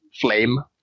flame